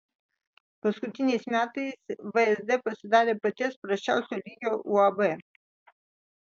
paskutiniais metais vsd pasidarė paties prasčiausio lygio uab